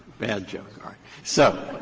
bad joke. ah so,